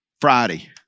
Friday